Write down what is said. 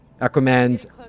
Aquaman's